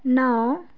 نو